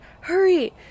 hurry